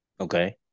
okay